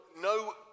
no